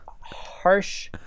harsh